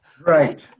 Right